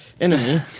Enemy